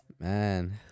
Man